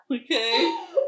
Okay